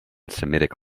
semitic